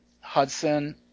Hudson